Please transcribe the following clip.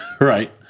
Right